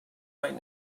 right